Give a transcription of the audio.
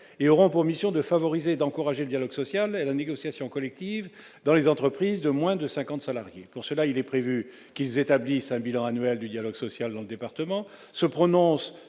et auront pour mission de favoriser et d'encourager le dialogue social et la négociation collective dans les entreprises de moins de 50 salariés. Pour ce faire, il est prévu qu'ils établissent un bilan annuel du dialogue social dans le département, se prononcent